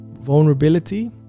vulnerability